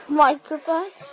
microphone